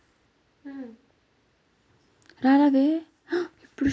water చెస్ట్నట్లలో పోషకలు fibre ఎక్కువ, విటమిన్లు మరియు యాంటీఆక్సిడెంట్లు కూడా ఉంటాయి